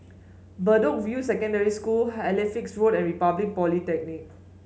Bedok View Secondary School Halifax Road and Republic Polytechnic